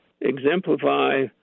exemplify